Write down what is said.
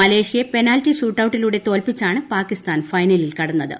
മലേഷ്യയെ penalty shoot ഔട്ടിലൂടെ തോൽപ്പിച്ചാണ് പാക്കിസ്ഥാൻ ഫൈനലിൽ കടന്നത്